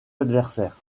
adversaires